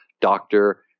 doctor